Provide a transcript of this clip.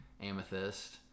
Amethyst